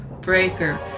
Breaker